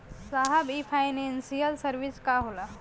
साहब इ financial service का होला?